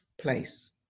place